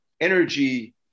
energy